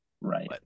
Right